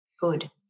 Good